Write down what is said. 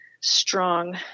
strong